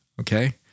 okay